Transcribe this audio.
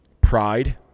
pride